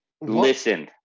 Listen